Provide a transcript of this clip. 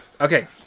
Okay